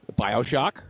Bioshock